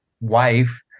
wife